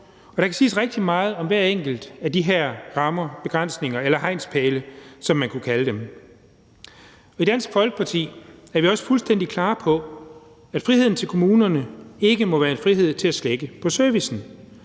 og der kan siges rigtig meget om hver enkelt af de her rammer, begrænsninger eller hegnspæle, som man kunne kalde dem. I Dansk Folkeparti er vi også fuldstændig klare på, at friheden til kommunerne ikke må være en frihed til at slække på servicen.